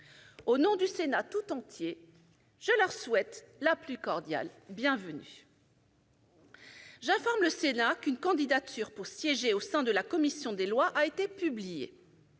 Au nom du Sénat tout entier, je leur souhaite la plus cordiale bienvenue. J'informe le Sénat qu'une candidature pour siéger au sein de la commission des lois a été publiée.